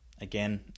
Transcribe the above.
again